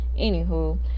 anywho